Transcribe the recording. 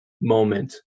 moment